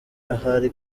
ahari